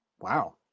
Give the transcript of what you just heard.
Wow